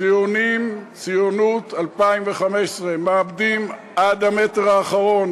ציונים, ציונות 2015, מעבדים עד המטר האחרון.